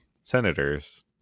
senators